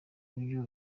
buryo